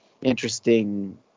interesting